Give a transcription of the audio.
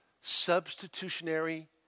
substitutionary